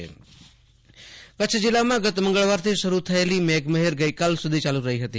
આશુતોષ અંતાણી વરસાદ કચ્છ કચ્છ જીલ્લામાં ગત મંગળવારથી શરુ થયેલી મેઘમહેર ગઈકાલ સુધી ચાલુ રહી હતી